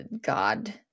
God